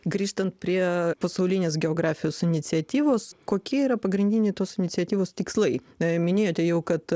grįžtant prie pasaulinės geografijos iniciatyvos kokie yra pagrindiniai tos iniciatyvos tikslai na minėjote jau kad